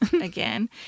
again